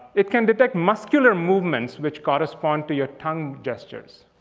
it can detect muscular movements which correspond to your tongue gestures.